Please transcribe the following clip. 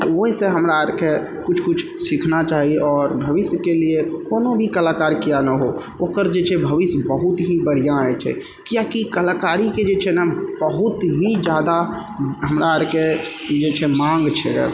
ओहिसँ हमरा आओरके किछु किछु सीखना चाही आओर भविष्यके लिए कोनो भी कलाकार किए ने हो ओकर जे छै भविष्य बहुत ही बढ़िआँ हइ छै कियाकि कलाकारी के जे छै ने बहुत ही ज्यादा हमरा आओरके ई जे छै माँग छै